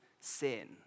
sin